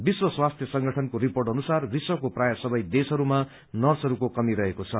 विश्व स्वास्थ्य संगठनको रिपोर्ट अनुसार विश्वको प्रायः सबै देशहरूमा नर्सहरूको कमी रहेको छ